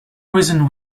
reason